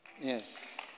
Yes